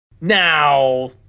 Now